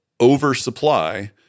oversupply